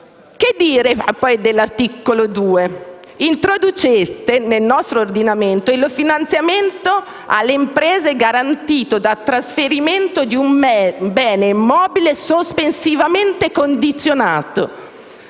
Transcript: Che dire poi dell'articolo 2? Introducete nel nostro ordinamento il finanziamento alle imprese garantito dal trasferimento di un bene immobile sospensivamente condizionato,